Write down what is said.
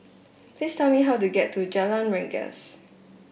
please tell me how to get to Jalan Rengas